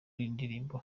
ndirimbo